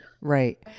Right